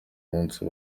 munsi